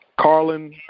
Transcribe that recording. Carlin